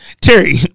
Terry